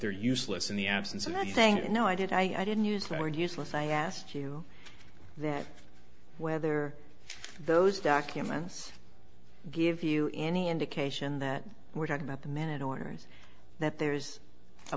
they're useless in the absence of saying you know i did i didn't use the word useless i asked you that whether those documents give you any indication that we're talking about the minute orders that there's a